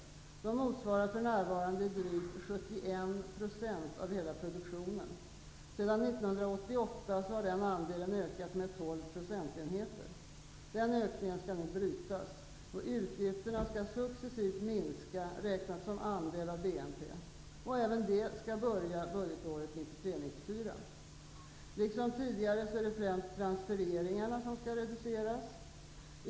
Dessa motsvarar för närvarande drygt 71 % av hela produktionen. Sedan 1988 har den andelen ökat med 12 procentenheter. Denna ökning skall nu brytas. Utgifterna skall successivt minska räknat som andel av BNP. Även detta skall börja budgetåret 1993/94. Liksom tidigare är det främst transfereringarna som skall reduceras.